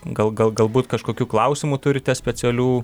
gal galbūt kažkokių klausimų turite specialių